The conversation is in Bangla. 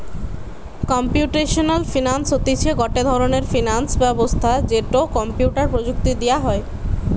কম্পিউটেশনাল ফিনান্স হতিছে গটে ধরণের ফিনান্স ব্যবস্থা যেটো কম্পিউটার প্রযুক্তি দিয়া হই